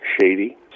shady